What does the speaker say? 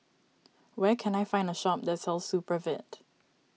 where can I find a shop that sells Supravit